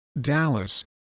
Dallas